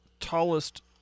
tallest